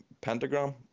Pentagram